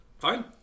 Fine